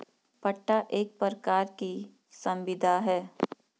पट्टा एक प्रकार की संविदा है